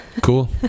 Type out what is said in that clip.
Cool